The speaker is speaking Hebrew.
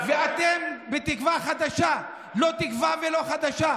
ואתם, תקווה חדשה, לא תקווה ולא חדשה.